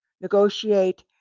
negotiate